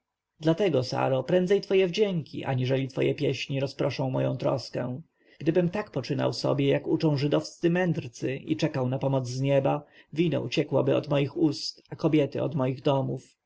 dlatego saro prędzej twoje wdzięki aniżeli twoja pieśń rozproszą moją troskę gdybym tak poczynał sobie jak uczą żydowscy mędrcy i czekał na pomoc z nieba wino uciekałoby od moich ust a kobiety od moich domów